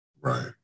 Right